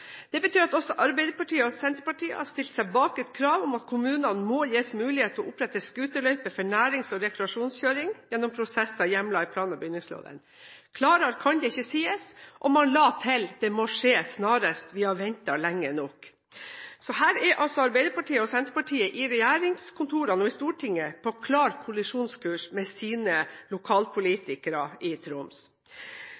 Det betyr at også Arbeiderpartiet og Senterpartiet har stilt seg bak et krav om at kommunene må gis mulighet til å opprette scooterløype for nærings- og rekreasjonskjøring gjennom prosesser hjemlet i plan- og bygningsloven. Klarere kan det ikke sies, og man la til: Det må skje snarest, vi har ventet lenge nok. Her er Arbeiderpartiet og Senterpartiet i regjeringskontorene og i Stortinget på klar kollisjonskurs med sine